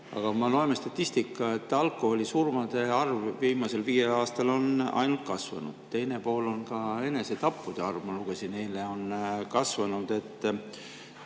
Aga loeme statistikast, et alkoholisurmade arv viimasel viiel aastal on ainult kasvanud. Teine pool siin on see, et ka enesetappude arv, ma lugesin eile, on kasvanud.